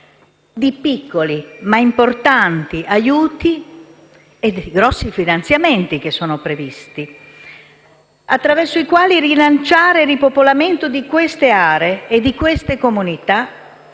di piccoli ma importanti aiuti, grazie ai grandi finanziamenti che qui sono previsti, attraverso i quali rilanciare il ripopolamento di queste aree e di queste comunità che